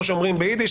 כמו שאומרים ביידיש,